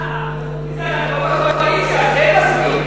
אה, וחוץ מזה אנחנו לא בקואליציה, אז אין מספיק.